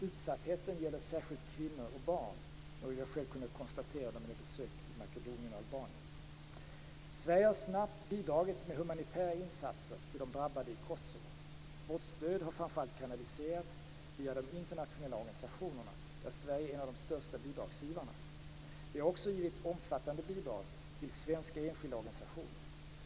Utsattheten gäller särskilt kvinnor och barn, något jag själv kunnat konstatera under mina besök i Makedonien och Albanien. Sverige har snabbt bidragit med humanitära insatser till de drabbade i Kosovo. Vårt stöd har framför allt kanaliserats via de internationella organisationerna, där Sverige är en av de största bidragsgivarna. Vi har också givit omfattande bidrag till svenska enskilda organisationer.